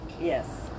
Yes